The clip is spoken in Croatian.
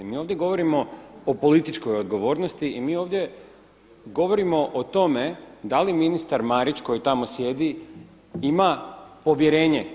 Mi ovdje govorimo o političkoj odgovornosti i mi ovdje govorimo o tome da li ministar Marić koji tamo sjedi ima povjerenje.